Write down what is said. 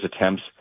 attempts